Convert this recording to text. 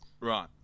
Right